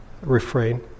refrain